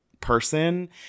person